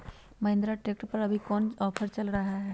Mahindra tractor पर अभी कोन ऑफर चल रहा है?